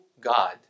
God